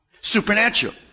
Supernatural